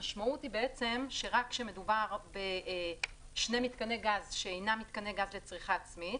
המשמעות היא שרק כשמדובר בשני מתקני גז שאינם מתקני גז לצריכה עצמית